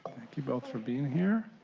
you both for being here.